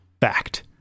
Fact